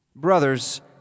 Brothers